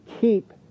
keep